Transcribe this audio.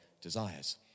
desires